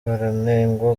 baranengwa